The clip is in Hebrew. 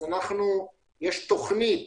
יש תכנית